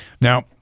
Now